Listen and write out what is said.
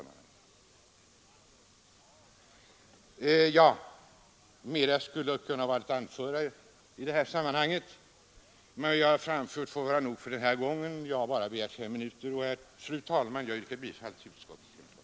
Mera skulle ha kunnat ha anföras i detta sammanhang, men vad ju nu anfört får räcka för denna gång. Jag yrkar, fru talman, bifall till utskottets hemställan.